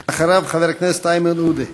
אחריו, חבר הכנסת איימן עודה.